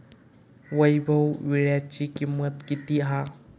वैभव वीळ्याची किंमत किती हा?